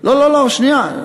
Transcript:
לא לא לא, שנייה.